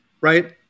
right